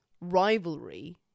rivalry